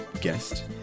guest